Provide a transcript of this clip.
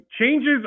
Changes